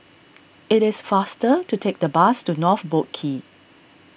it is faster to take the bus to North Boat Quay